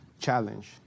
challenge